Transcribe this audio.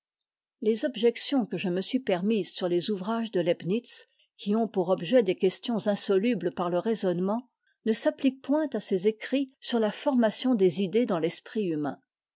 les objections que je me suis permises sur les ouvrages d'e leibnitz qui ont pour objet des questions insolubles par le raisonnement ne s'appliquent point à ses écrits sur la formation des idées dans l'esprit humain